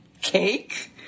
cake